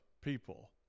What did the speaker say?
people